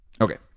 Okay